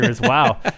Wow